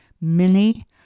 mini